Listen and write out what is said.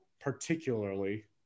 particularly